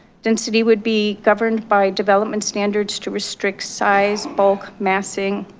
density would be governed by development standards to restrict size bulk massing,